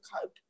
cope